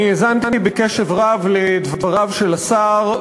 אני האזנתי בקשב רב לדבריו של השר,